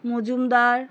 Majumdar